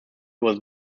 was